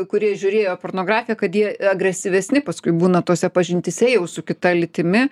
kurie žiūrėjo pornografiją kad jie agresyvesni paskui būna tose pažintyse jau su kita lytimi